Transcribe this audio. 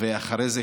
ואחרי זה,